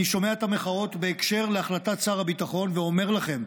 אני שומע את המחאות בקשר להחלטת שר הביטחון ואומר לכם,